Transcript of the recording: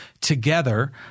together